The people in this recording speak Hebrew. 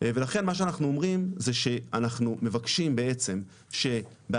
ולכן מה שאנחנו אומרים זה שאנחנו מבקשים בעצם שבהנחה,